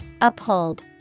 Uphold